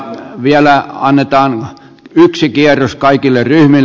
vielä annetaan yksi kierros kaikille ryhmille